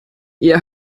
ihr